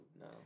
No